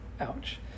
Ouch